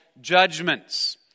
judgments